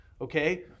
Okay